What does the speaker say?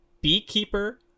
beekeeper